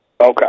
Okay